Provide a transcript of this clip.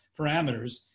parameters